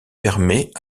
permet